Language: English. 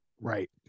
right